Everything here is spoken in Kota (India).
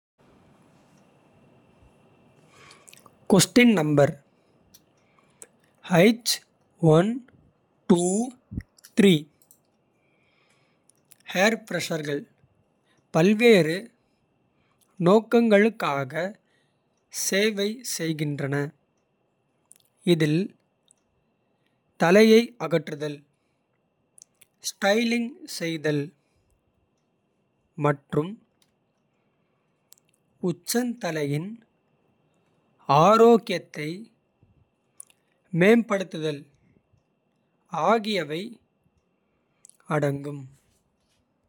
ஹேர்பிரஷ்கள் பல்வேறு நோக்கங்களுக்காக. சேவை செய்கின்றன இதில் தலையை அகற்றுதல். ஸ்டைலிங் செய்தல் மற்றும் உச்சந்தலையின். ஆரோக்கியத்தை மேம்படுத்துதல் ஆகியவை அடங்கும்.